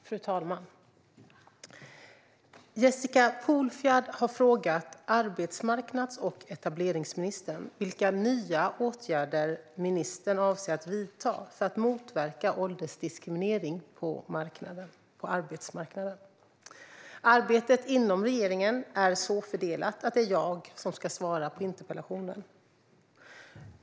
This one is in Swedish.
Fru talman! Jessica Polfjärd har frågat arbetsmarknads och etableringsministern vilka nya åtgärder ministern avser att vidta för att motverka åldersdiskriminering på arbetsmarknaden. Arbetet inom regeringen är så fördelat att det är jag som ska svara på interpellationen.